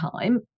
time